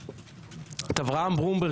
את אברהם ברומברג,